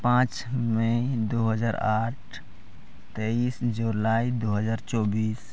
ᱯᱟᱸᱪ ᱢᱮᱹ ᱫᱩ ᱦᱟᱡᱟᱨ ᱟᱴ ᱛᱮᱭᱤᱥ ᱡᱩᱞᱟᱭ ᱫᱩ ᱦᱟᱡᱟᱨ ᱪᱚᱵᱽᱵᱤᱥ